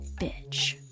bitch